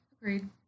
Agreed